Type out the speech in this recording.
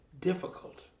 difficult